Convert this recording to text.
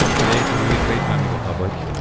today, it's a really great time to go public,